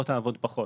בוא תעבוד פחות,